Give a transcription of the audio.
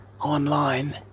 online